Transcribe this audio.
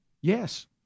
Yes